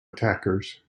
attackers